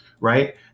right